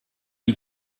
die